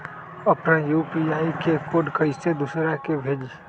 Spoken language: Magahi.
अपना यू.पी.आई के कोड कईसे दूसरा के भेजी?